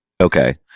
Okay